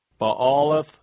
Baalath